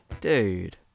Dude